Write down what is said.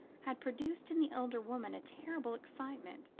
had produced in the elder woman a terrible excitement,